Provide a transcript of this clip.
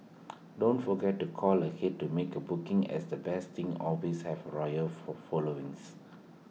don't forget to call ahead to make A booking as the best things always have loyal for followings